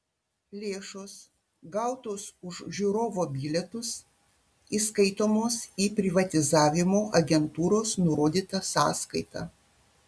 lėšos gautos už žiūrovo bilietus įskaitomos į privatizavimo agentūros nurodytą sąskaitą